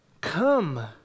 come